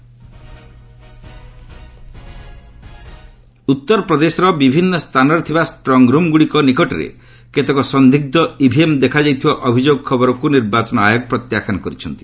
EC EVM ଉତ୍ତରପ୍ରଦେଶର ବିଭିନ୍ନ ସ୍ଥାନରେ ଥିବା ଷ୍ଟ୍ରଙ୍ଗରୁମ୍ଗୁଡ଼ିକ ନିକଟରେ କେତେକ ସନ୍ଦିଗ୍ନ ଓଭିଏମ୍ ଦେଖାଯାଇଥିବା ଅଭିଯୋଗ ଖବରକୁ ନିର୍ବାଚନ ଆୟୋଗ ପ୍ରତ୍ୟାଖ୍ୟାନ କରିଛନ୍ତି